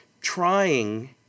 trying